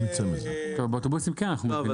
-- אבל באוטובוסים אנחנו כן אנחנו עושים.